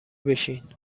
بشین